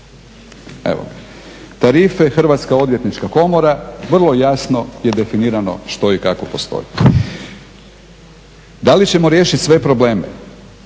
Evo, tarife, Hrvatska odvjetnička komora, vrlo jasno je definirano što i kako postoji. Da li ćemo riješiti sve problem?